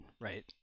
right